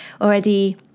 already